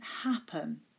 happen